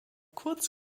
kurz